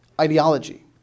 ideology